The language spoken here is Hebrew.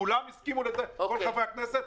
כולם הסכימו לזה, כל חברי הכנסת.